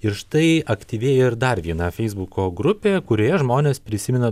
ir štai aktyvėja ir dar viena feisbuko grupė kurioje žmonės prisimena